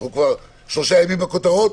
אנחנו כבר 3 ימים בכותרות,